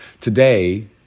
Today